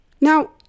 Now